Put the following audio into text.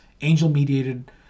angel-mediated